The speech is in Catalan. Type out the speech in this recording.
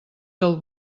del